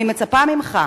אני מצפה ממך,